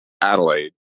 Adelaide